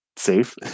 safe